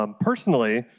um personally,